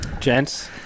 Gents